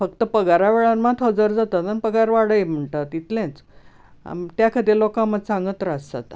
फक्त पगारा वेळार मात हजर जातात म्हण पगार वाडय म्हणटात इतलेच आम ते खातीर लोकांक मात्सो हांगा त्रास जाता